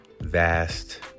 vast